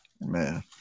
Man